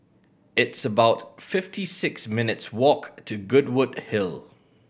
it's about fifty six minutes' walk to Goodwood Hill